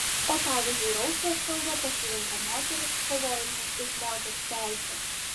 o pavyzdžiui rausvą spalvą pasirinko moterys kovojančios už moters teises